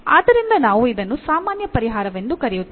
ಆದ್ದರಿಂದ ನಾವು ಇದನ್ನು ಸಾಮಾನ್ಯ ಪರಿಹಾರವೆಂದು ಕರೆಯುತ್ತೇವೆ